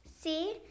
See